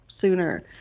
sooner